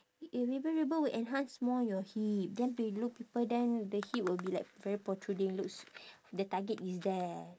if ribbon ribbon will enhance more your hip then peo~ look people then the hip will be like very protruding looks the target is there